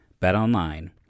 BetOnline